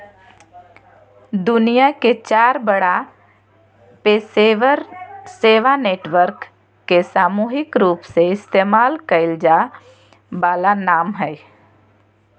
दुनिया के चार बड़ा पेशेवर सेवा नेटवर्क के सामूहिक रूपसे इस्तेमाल कइल जा वाला नाम हइ